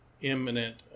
imminent